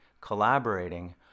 collaborating